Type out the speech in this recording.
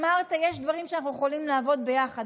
אמרת: יש דברים שאנחנו יכולים לעבוד עליהם ביחד,